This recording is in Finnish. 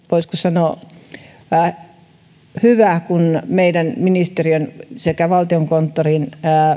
voisiko sanoa on hyvä kun meidän ministeriön sekä valtiokonttorin